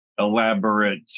elaborate